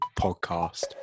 Podcast